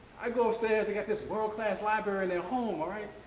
i go upstairs, they got this world class library in their home, all right.